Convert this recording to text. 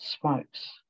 smokes